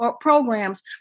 programs